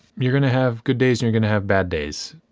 you're gonna have good days, you're gonna have bad days.